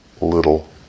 little